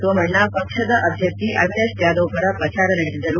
ಸೋಮಣ್ಣ ಪಕ್ಷದ ಅಭ್ಯರ್ಥಿ ಅವಿನಾಶ್ ಜಾಧವ್ ಪರ ಪ್ರಚಾರ ನಡೆಸಿದರು